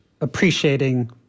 appreciating